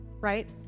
right